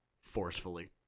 forcefully